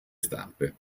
stampe